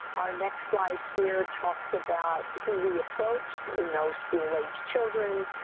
our next slide here talks about who we approached. we know school-age children.